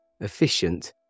efficient